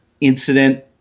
incident